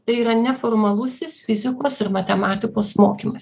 tai yra neformalusis fizikos ir matematikos mokymas